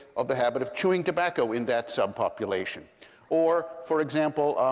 of the habit of chewing tobacco in that sub-population. or, for example,